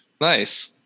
Nice